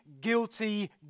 guilty